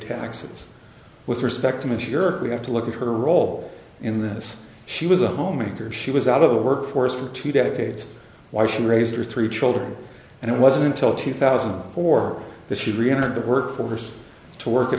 taxes with respect to make sure we have to look at her role in this she was a homemaker she was out of the workforce for two decades why she raised her three children and it wasn't until two thousand for that she reentered the workforce to work at